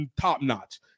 Top-notch